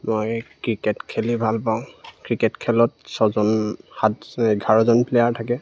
মই ক্ৰিকেট খেলি ভাল পাওঁ ক্ৰিকেট খেলত ছয়জন সাত এঘাৰজন প্লেয়াৰ থাকে